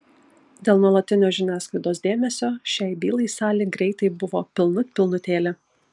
dėl nuolatinio žiniasklaidos dėmesio šiai bylai salė greitai buvo pilnut pilnutėlė